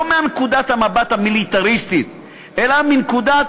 לא מנקודת המבט המיליטריסטית אלא מנקודת